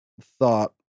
thought